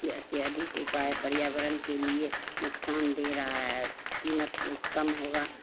की अत्यधिक उपाय पर्यावरण के लिए नुकसान दे रहा है कीमत कम होगी